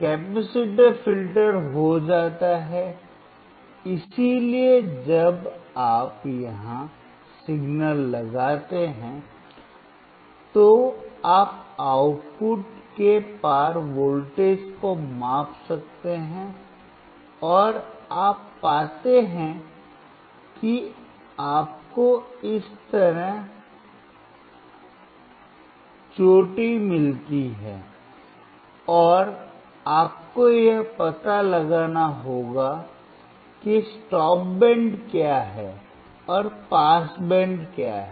capacitor filter हो जाता है इसलिए जब आप यहां सिग्नल लगाते हैं तो आप आउटपुट के पार वोल्टेज को माप सकते हैं और आप पाते हैं कि आपको इस तरह चोटी मिलती है और आपको यह पता लगाना होगा कि स्टॉप बैंड क्या है और पास बैंड क्या है